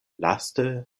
laste